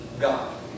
God